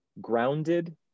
grounded